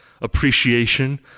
appreciation